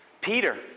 Peter